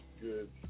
good